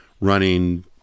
running